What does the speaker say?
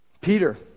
Peter